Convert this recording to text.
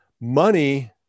money